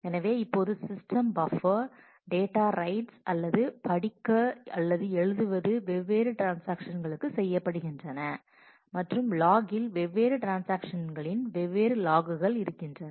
எனவே இப்போது system buffer data writes அல்லது படிக்க அல்லது எழுதுவது வெவ்வேறு ட்ரான்ஸாக்ஷன்ஸ்களுக்கு செய்யப்படுகின்றன மற்றும் லாகில் வெவ்வேறு ட்ரான்ஸாக்ஷன்ஸ்களின் வெவ்வேறு லாக்குகள் இருக்கின்றன